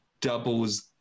doubles